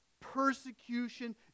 persecution